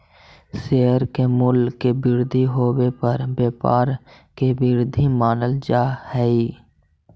share के मूल्य के वृद्धि होवे पर व्यापार के वृद्धि मानल जा हइ